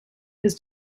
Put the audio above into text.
his